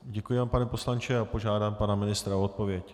Děkuji vám, pane poslanče, a požádám pana ministra o odpověď.